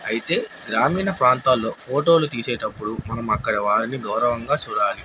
అయితే గ్రామీణ ప్రాంతాల్లో ఫోటోలు తీసేటప్పుడు మనం అక్కడ వాారిని గౌరవంగా చూడాలి